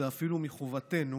זה אפילו מחובתנו.